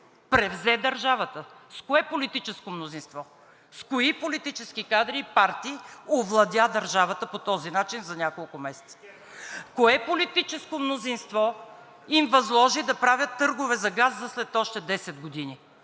мнозинство, с кои политически кадри и партии овладя държавата по този начин за няколко месеца? Кое политическо мнозинство им възложи да правят търгове за газ за след още 10 години?